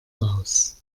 raus